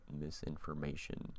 misinformation